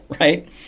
right